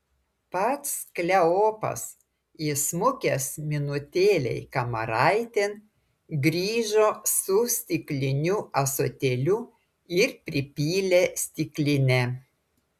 pats kleopas įsmukęs minutėlei kamaraitėn grįžo su stikliniu ąsotėliu ir pripylė stiklinę